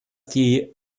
die